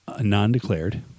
non-declared